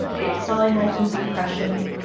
it slowly morphed into depression,